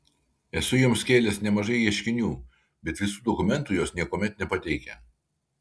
esu joms kėlęs nemažai ieškinių bet visų dokumentų jos niekuomet nepateikia